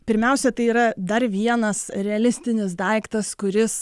pirmiausia tai yra dar vienas realistinis daiktas kuris